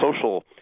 social –